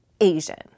Asian